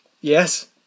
Yes